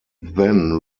then